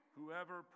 Whoever